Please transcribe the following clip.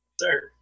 Sir